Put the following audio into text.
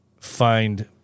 find